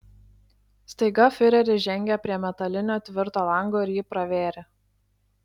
staiga fiureris žengė prie metalinio tvirto lango ir jį pravėrė